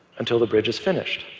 until the bridge is finished.